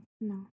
No